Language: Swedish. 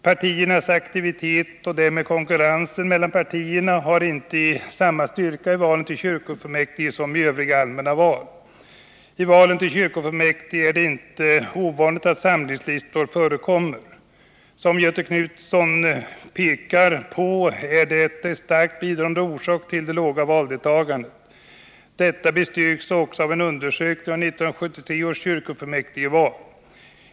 Partiernas aktivitet och — att öka deltagandet därmed konkurrensen mellan partierna har inte samma styrka i valen till; kyrkovalen kyrkofullmäktige som i de övriga allmänna valen. I valen till kyrkofullmäktige är det inte ovanligt att samlingslistor förekommer. Som Göthe Knutson pekar på är detta en starkt bidragande orsak till det låga valdeltagandet. Detta bestyrks också av en undersökning av 1973 års kyrkofullmäktigval.